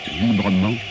librement